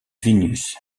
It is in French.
vilnius